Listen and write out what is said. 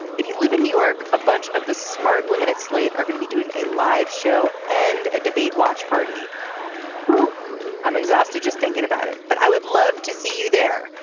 if you live in new york a bunch of the smart women at slate are going to be doing a live show and a debate watch party who i'm exhausted just thinking about it but i would love to see you there.